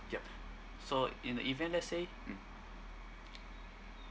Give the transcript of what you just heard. yup so in the event let's say mm